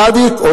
צדיקים,